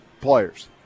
players